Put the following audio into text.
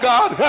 God